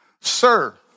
Sir